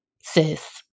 sis